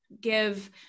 give